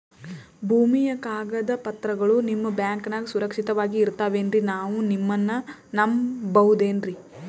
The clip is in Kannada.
ಭೂಮಿಯ ಕಾಗದ ಪತ್ರಗಳು ನಿಮ್ಮ ಬ್ಯಾಂಕನಾಗ ಸುರಕ್ಷಿತವಾಗಿ ಇರತಾವೇನ್ರಿ ನಾವು ನಿಮ್ಮನ್ನ ನಮ್ ಬಬಹುದೇನ್ರಿ?